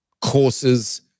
courses